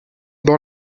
dans